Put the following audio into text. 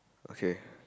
okay